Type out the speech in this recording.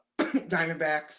Diamondbacks